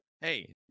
hey